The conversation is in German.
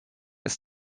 ist